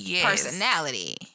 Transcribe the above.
personality